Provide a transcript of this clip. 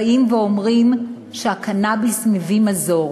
באים ואומרים שהקנאביס מביא מזור,